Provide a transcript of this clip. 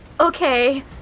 Okay